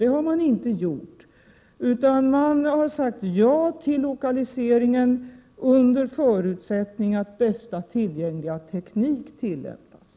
Det har man inte gjort, utan man har sagt ja till lokaliseringen under förutsättning att bästa möjliga teknik tillämpas.